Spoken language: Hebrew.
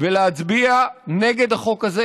ולהצביע נגד החוק הזה,